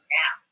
now